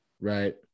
Right